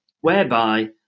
Whereby